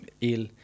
ill